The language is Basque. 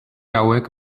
hauek